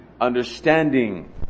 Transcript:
understanding